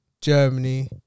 Germany